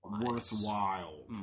worthwhile